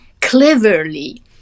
cleverly